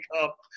up